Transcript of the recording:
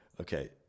okay